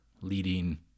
leading